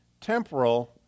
temporal